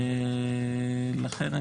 ולכן,